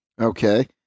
Okay